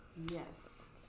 Yes